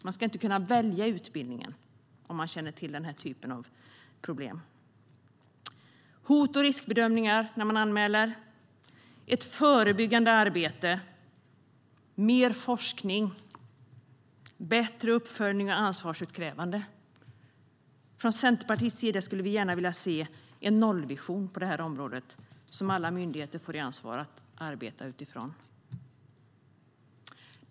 Man ska inte kunna välja i utbildningen om man känner till den här typen av problem. Det handlar om hot och riskbedömningar när man anmäler, ett förebyggande arbete, mer forskning och bättre uppföljning och ansvarsutkrävande. Från Centerpartiets sida skulle vi gärna vilja se en nollvision på det här området som alla myndigheter skulle ansvara för att arbeta utifrån.